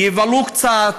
יבלו קצת,